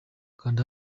kanda